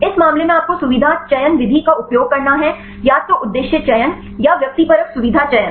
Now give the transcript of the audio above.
इस मामले में आपको सुविधा चयन विधि का उपयोग करना है या तो उद्देश्य चयन या व्यक्तिपरक सुविधा चयन